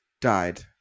Died